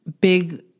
big